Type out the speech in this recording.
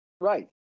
Right